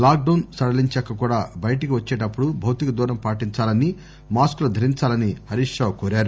lock down సడలించాక కూడా బయటికి వచ్చేటప్పుడు భౌతిక దూరం పాటించాలని మాస్కులు ధరించాలని హరీష్ రావు కోరారు